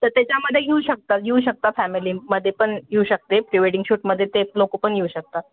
तर त्याच्यामध्ये घेऊ शकता घेऊ शकता फॅमिलीमध्ये पण येऊ शकते प्री वेडिंग शूटमध्ये ते लोक पण येऊ शकतात